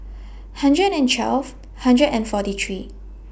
hundred and twelve hundred and forty three